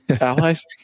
allies